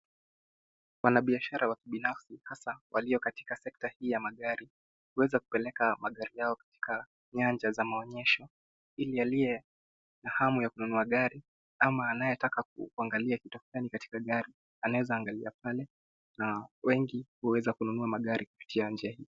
Wanabiashara wakibinafsi hasa walio katika sekta hii ya magari huweza kupeleka magari yao katika nyanja za maonyesho ili aliye na hamu ya kununua gari ama anayetaka kuangalia kitu fulani katika gari anaeza angalia pale na wengi huweza kununua magari kupitia njia hii.